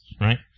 right